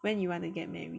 when you want to get married